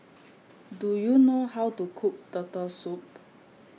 Do YOU know How to Cook Turtle Soup